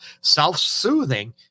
self-soothing